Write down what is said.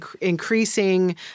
increasing